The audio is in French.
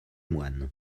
moines